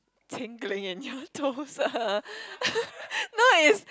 tingling in your toes no is